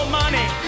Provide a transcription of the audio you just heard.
money